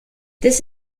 this